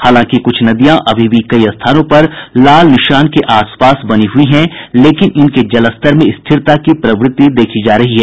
हालांकि क्छ नदियां अभी भी कई स्थानों पर लाल निशान के आसपास बनी हुई हैं लेकिन इनके जलस्तर में स्थिरता की प्रवृति देखी जा रही है